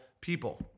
people